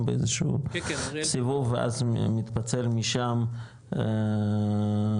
עושה איזשהו סיבוב ואז מתפצל משם למעשה,